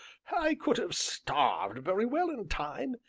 i could have starved very well in time,